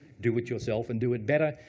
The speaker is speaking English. do it yourself and do it better.